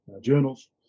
journals